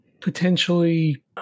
potentially